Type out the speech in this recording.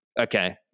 Okay